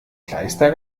kleister